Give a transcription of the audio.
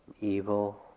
evil